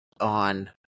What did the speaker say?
on